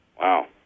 Wow